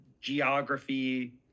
geography